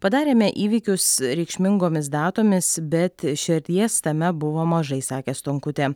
padarėme įvykius reikšmingomis datomis bet širdies tame buvo mažai sakė stonkutė